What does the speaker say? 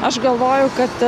aš galvoju kad